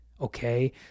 okay